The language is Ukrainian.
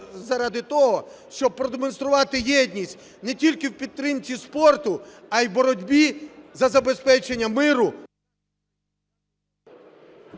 заради того, щоб продемонструвати єдність не тільки в підтримці спорту, а і в боротьбі за забезпечення миру.